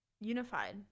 unified